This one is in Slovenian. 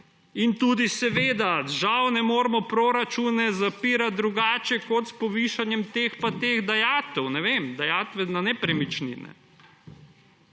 In seveda tudi: »Žal ne moremo proračunov zapirati drugače kot s povišanjem teh pa teh dajatev.« Ne vem, dajatev na nepremičnine.